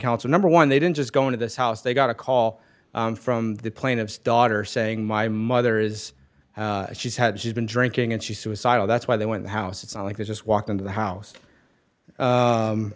counsel number one they didn't just go into this house they got a call from the plaintiff's daughter saying my mother is she's had she's been drinking and she's suicidal that's why they were in the house it's not like they just walked into the house